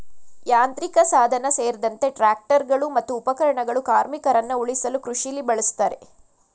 ಯಾಂತ್ರಿಕಸಾಧನ ಸೇರ್ದಂತೆ ಟ್ರಾಕ್ಟರ್ಗಳು ಮತ್ತು ಉಪಕರಣಗಳು ಕಾರ್ಮಿಕರನ್ನ ಉಳಿಸಲು ಕೃಷಿಲಿ ಬಳುಸ್ತಾರೆ